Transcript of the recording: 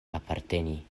aparteni